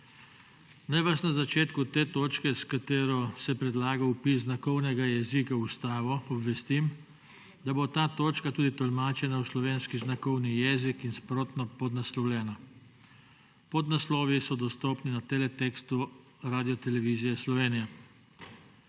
Naj vas na začetku te točke, s katero se predlaga vpis znakovnega jezika v ustavo, obvestim, da bo ta točka tudi tolmačena v slovenski znakovni jezik in sprotno podnaslovljena. Podnaslovi so dostopni na teletekstu Radiotelevizije Slovenije.